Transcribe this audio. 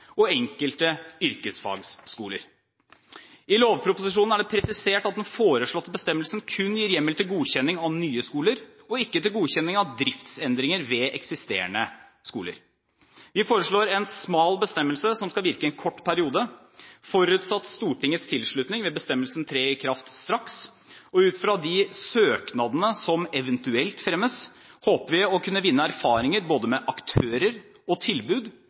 og enkelte yrkesfagsskoler. I lovproposisjonen er det presisert at den foreslåtte bestemmelsen kun gir hjemmel til godkjenning av nye skoler og ikke til godkjenning av driftsendringer ved eksisterende skoler. Vi foreslår en smal bestemmelse som skal virke en kort periode. Forutsatt Stortingets tilslutning vil bestemmelsen tre i kraft straks, og ut ifra de søknadene som eventuelt fremmes, håper vi å kunne vinne erfaringer med både aktører og tilbud.